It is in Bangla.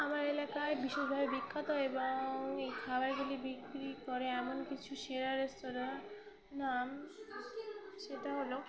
আমার এলাকায় বিশেষভাবে বিখ্যাত এবং এই খাবারগুলি বিক্রি করে এমন কিছু সেরা রেস্তোরাঁর নাম সেটা হলো